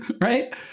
right